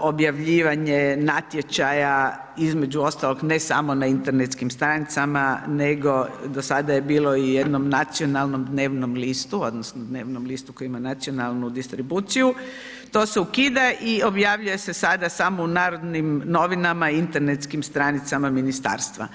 objavljivanje natječaja između ostalog ne samo na internetskim stranicama, nego do sada je bilo i u jednom nacionalnom dnevnom listu, odnosno dnevnom listu koji nacionalnu distribuciju, to se ukida i objavljuje se sada samo u Narodnim novinama i internetskim stranicama ministarstva.